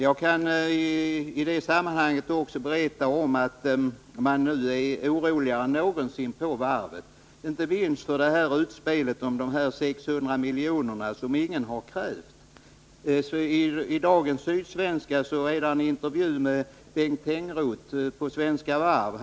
Jag kan i det här sammanhanget också berätta att man nu är oroligare än någonsin på varvet, inte minst efter utspelet om de 600 miljonerna som ingen har krävt. I dagens Sydsvenska Dagbladet finns det en intervju med Bengt Tengroth på Svenska Varv.